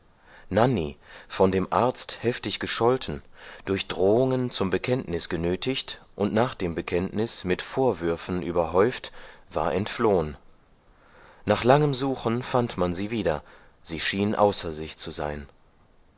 nanny von dem arzt heftig gescholten durch drohungen zum bekenntnis genötigt und nach dem bekenntnis mit vorwürfen überhäuft war entflohen nach langem suchen fand man sie wieder sie schien außer sich zu sein